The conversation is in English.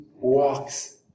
walks